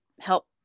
help